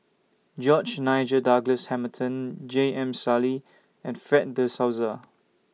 George Nigel Douglas Hamilton J M Sali and Fred De Souza